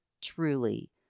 truly